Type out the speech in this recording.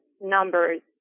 numbers